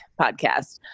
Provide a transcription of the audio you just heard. podcast